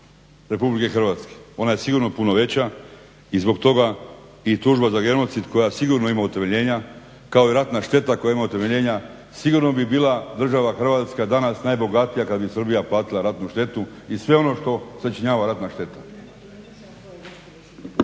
Republike Hrvatske, ona je sigurno puno veća i zbog toga i tužba za genocid, koja sigurno ima utemeljenja, kao i ratna šteta koja ima utemeljenja. Sigurno bi bila država Hrvatska danas najbogatija kad bi Srbija platila ratnu štetu i sve ono što sačinjava ratna šteta.